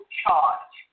charge